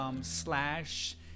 slash